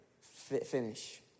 finish